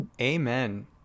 Amen